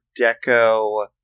Deco